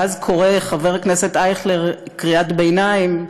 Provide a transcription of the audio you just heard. ואז קורא חבר הכנסת אייכלר קריאת ביניים: